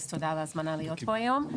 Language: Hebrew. אז תודה על ההזמנה להיות פה היום.